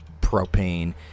propane